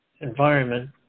environment